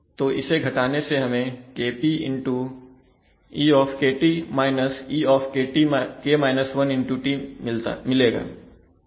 तो इसे घटाने से हमें KP e eT मिलेगा